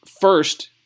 first